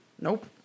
Nope